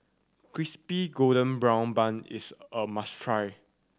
Crispy Golden Brown Bun is a must try